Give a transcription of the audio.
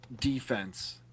defense